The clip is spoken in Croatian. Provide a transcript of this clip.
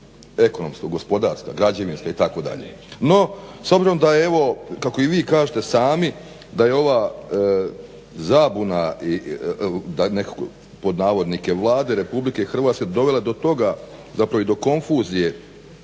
ekonomska, gospodarska, građevinska itd. No s obzirom da je evo kako i vi kažete sami da je ova zabuna pod navodnike Vlade RH dovela do toga, zapravo i do konfuzije